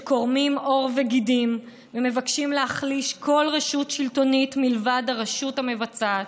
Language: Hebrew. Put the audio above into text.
שקורמים עור וגידים ומבקשים להחליש כל רשות שלטונית מלבד הרשות המבצעת,